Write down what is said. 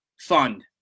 fund